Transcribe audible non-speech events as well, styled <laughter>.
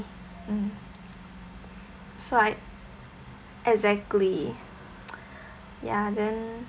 mm <noise> so like exactly <noise> ya then